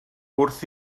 wrth